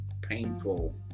painful